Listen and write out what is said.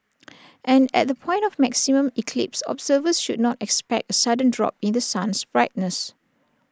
and at the point of maximum eclipse observers should not expect A sudden drop in the sun's brightness